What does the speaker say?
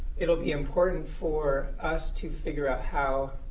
it'll be important for us to figure out how